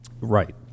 Right